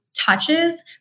touches